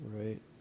right